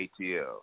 ATL